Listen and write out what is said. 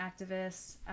activists